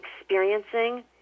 experiencing